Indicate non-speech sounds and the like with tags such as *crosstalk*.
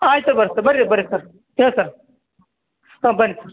ಆಯಿತು ಬನ್ರಿ ಬನ್ರಿ ಬನ್ರಿ ಸರ್ *unintelligible* ಹಾಂ ಬರ್ರಿ